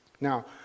Now